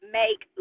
make